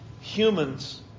Humans